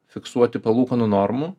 fiksuoti palūkanų normų